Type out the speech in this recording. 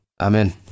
Amen